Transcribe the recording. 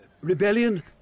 Rebellion